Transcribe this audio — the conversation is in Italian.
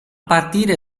partire